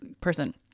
person